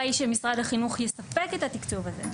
היא שמשרד החינוך יספק את התקצוב הזה.